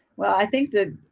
well i think that